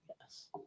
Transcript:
Yes